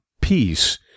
peace